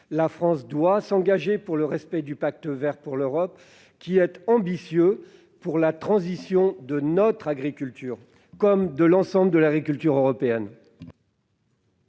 La France doit s'engager pour le respect de ce dernier, d'autant qu'il est ambitieux pour la transition de notre agriculture comme pour celle de l'ensemble de l'agriculture européenne.